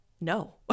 No